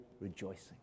rejoicing